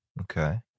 Okay